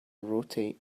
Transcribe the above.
rotate